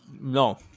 No